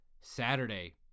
Saturday